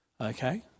Okay